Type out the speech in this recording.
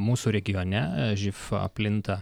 mūsų regione živ plinta